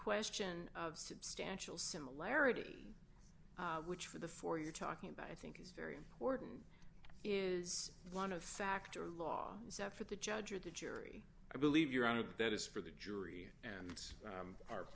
question of substantial similarity which for the four you're talking about i think is very important is one of fact or law except for the judge or the jury i believe you're out of that is for the jury and